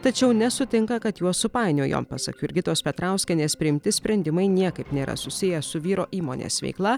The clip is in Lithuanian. tačiau nesutinka kad juos supainiojo pasak jurgitos petrauskienės priimti sprendimai niekaip nėra susiję su vyro įmonės veikla